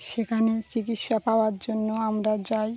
সেখানে চিকিৎসা পাওয়ার জন্য আমরা যাই